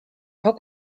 how